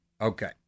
Okay